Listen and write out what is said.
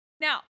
Now